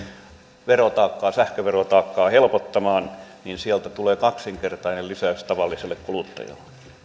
sähköverotaakkaa sähköverotaakkaa helpottamaan niin sieltä tulee kaksinkertainen lisäys tavalliselle kuluttajalle